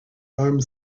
armed